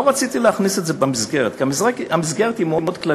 לא רציתי להכניס את זה במסגרת כי המסגרת היא מאוד כללית.